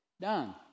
done